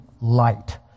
light